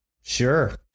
sure